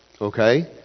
okay